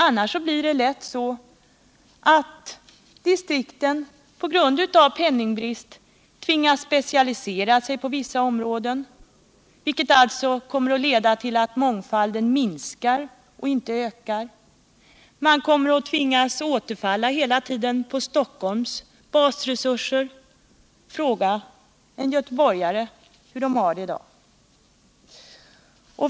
Annars blir det lätt så att distrikten på grund av penningbrist tvingas specialisera sig på vissa områden, vilket alltså kommer att leda till att mångfalden minskar och inte ökar. Man kommer hela tiden att tvingas återfalla på Stockholms basresurser. Fråga en göteborgare hur han har det i dag!